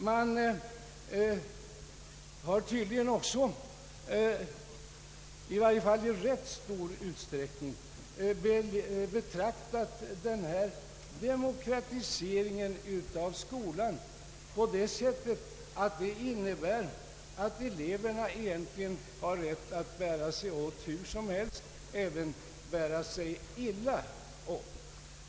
Man har tydligen också, i varje fall i rätt stor utsträckning, betraktat demokratiseringen av skolan på det sättet att den innebär att eleverna egentligen har rätt att bära sig åt hur som helst, även att bära sig illa åt.